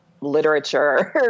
literature